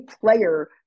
player